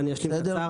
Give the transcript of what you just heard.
בסדר.